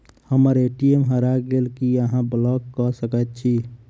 हम्मर ए.टी.एम हरा गेल की अहाँ ब्लॉक कऽ सकैत छी?